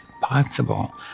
possible